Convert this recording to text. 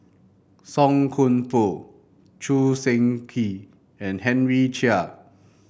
Song Koon Poh Choo Seng Quee and Henry Chia